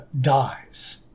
dies